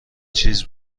چیز